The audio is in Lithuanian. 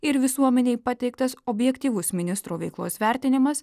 ir visuomenei pateiktas objektyvus ministro veiklos vertinimas